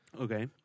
Okay